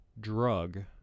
drug